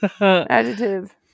Adjective